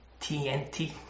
TNT